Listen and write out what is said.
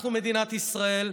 אנחנו מדינת ישראל,